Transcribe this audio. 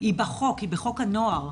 היא בחוק הנוער.